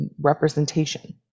representation